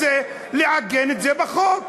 רוצה לעגן את זה בחוק.